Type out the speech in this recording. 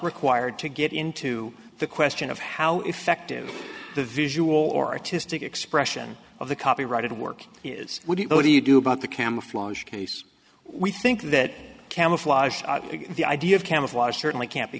required to get into the question of how effective the visual aura to stick expression of the copyrighted work is what it will do you do about the camouflaged case we think that camouflage the idea of camouflage certainly can't be